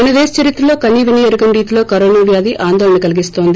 మనదేశ చరిత్రలో కనీవినీ ఎరుగని రీతిలో కరోనా వ్యాధి ఆందోళన కలిగిస్తోంది